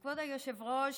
כבוד היושב-ראש,